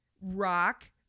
rock